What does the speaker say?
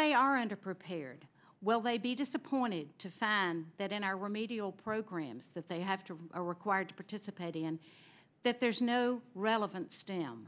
they are under prepared will they be disappointed to fan that in our remedial programs that they have to required to participate and that there's no relevant stam